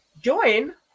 Join